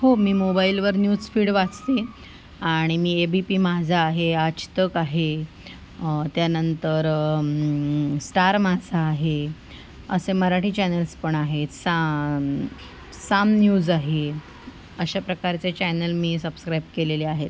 हो मी मोबाईलवर न्यूज फिड वाचते आणि मी ए बी पी माझा आहे आज तक आहे त्यानंतर स्टार माझा आहे असे मराठी चॅनल्स पण आहेत सा साम न्यूज आहे अशाप्रकारचे चॅनल मी सबस्क्राईब केलेले आहेत